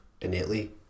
innately